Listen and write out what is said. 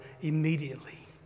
immediately